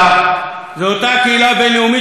זו אותה קהילה בין-לאומית שלא שמענו את